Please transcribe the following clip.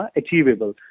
achievable